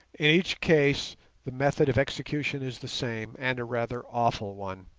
each case the method of execution is the same, and a rather awful one.